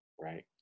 Right